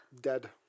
dead